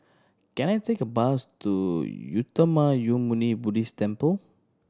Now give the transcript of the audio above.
can I take a bus to Uttamayanmuni Buddhist Temple